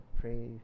pray